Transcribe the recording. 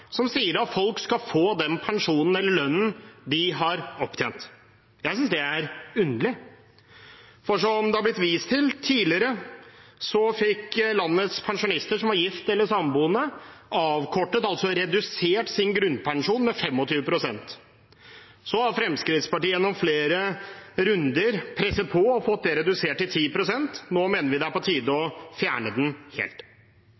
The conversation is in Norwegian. som sier at folk skal få den pensjonen eller lønnen de har opptjent. Det er underlig. For som det er blitt vist til tidligere, fikk landets pensjonister som var gift eller samboende, avkortet, altså redusert, sin grunnpensjon med 25 pst. Så har Fremskrittspartiet gjennom flere runder presset på og fått det redusert til 10 pst. Nå mener vi det er på tide å fjerne det helt.